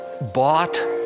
Bought